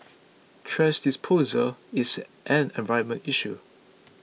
thrash disposal is an environmental issue